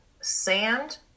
sand